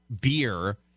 beer